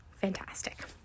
fantastic